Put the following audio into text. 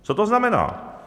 Co to znamená?